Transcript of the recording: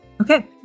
Okay